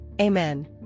Amen